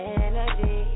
energy